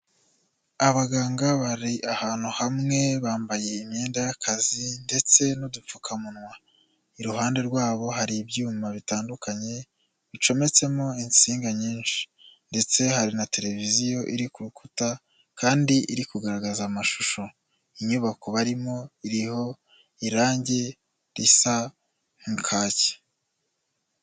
Abaganga bari ahantu hamwe bambaye imyenda y'akazi ndetse n'udupfukamunwa, iruhande rwabo hari ibyuma bitandukanye, bicometsemo insinga nyinshi ndetse hari na televiziyo iri ku rukuta kandi iri kugaragaza amashusho, inyubako barimo iriho irangi risa nka kaki.